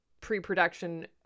pre-production